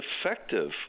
effective